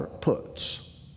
puts